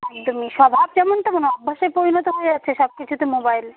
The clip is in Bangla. একদমই স্বভাব যেমন তেমন অভ্যাসে পরিণত হয়ে যাচ্ছে সব কিছুতে মোবাইল